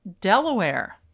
delaware